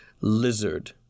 lizard